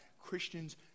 Christians